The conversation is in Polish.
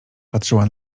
patrzyła